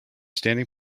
standing